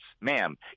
ma'am